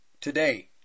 today